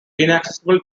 inaccessible